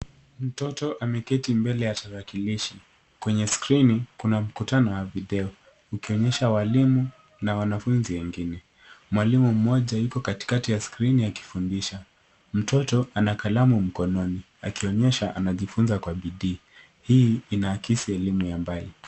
Mtoto ameketi mbele ya tarakilishi. Kwenye skrini ya tarakilishi kuna mkutano wa video ukionyesha walimu na wanafunzi wengine. Mwalimu mmoja yuko katikati ya skrini akifundisha. Mtoto ana kalamu mkononi akionyesha anajifunza kwa bidii. Hii inaakisi elimu ya mbali.